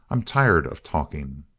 i'm tired of talking!